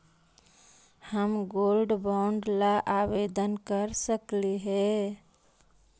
हम gold bond ला आवेदन कर सकली हे?